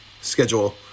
schedule